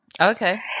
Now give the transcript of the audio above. Okay